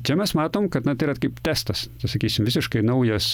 čia mes matom kad na tai yra kaip testas čia sakysim visiškai naujas